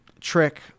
trick